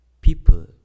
People